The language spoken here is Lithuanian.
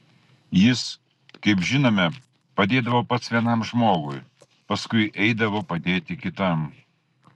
jis kaip žinome padėdavo pats vienam žmogui paskui eidavo padėti kitam